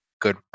good